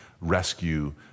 rescue